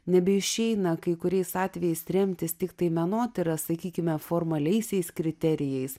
nebeišeina kai kuriais atvejais tremtis tiktai menotyra sakykime formaliaisiais kriterijais